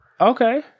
Okay